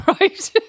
Right